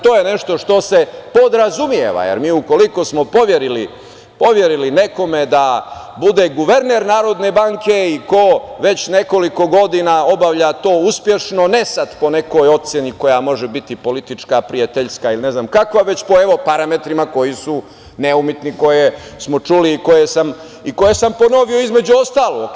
To je nešto što se podrazumeva, jer mi ukoliko smo poverili nekome da bude guverner Narodne banke i ko već nekoliko godina obavlja to uspešno, ne sad po nekoj oceni koja može biti politička, prijateljska ili ne znam kakva, nego po parametrima koji su neumitni i koje smo čuli i koje sam ponovio između ostalog.